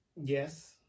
Yes